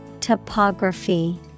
Topography